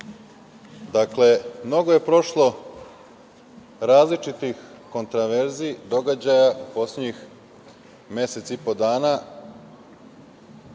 mnogo je prošlo različitih kontroverzi, događaja u poslednjih mesec i po dana